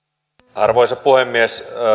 arvoisa puhemies